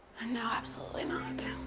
no, absolutely not.